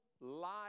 life